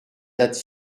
date